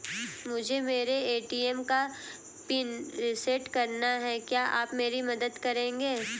मुझे मेरे ए.टी.एम का पिन रीसेट कराना है क्या आप मेरी मदद करेंगे?